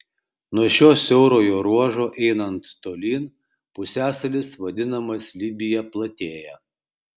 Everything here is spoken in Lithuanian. nuo šio siaurojo ruožo einant tolyn pusiasalis vadinamas libija platėja